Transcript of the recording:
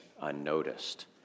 unnoticed